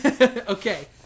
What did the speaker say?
Okay